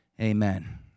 Amen